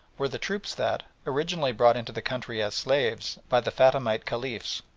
were the troops that, originally brought into the country as slaves by the fatimite caliphs,